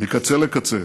מקצה לקצה